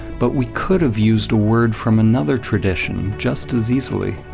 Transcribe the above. but we could have used a word from another tradition just as easily.